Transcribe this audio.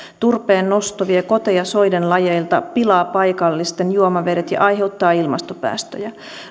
turpeen nosto vie koteja soiden lajeilta pilaa paikallisten juomavedet ja aiheuttaa ilmastopäästöjä